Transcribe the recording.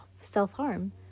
self-harm